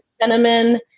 cinnamon